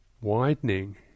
widening